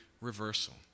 reversal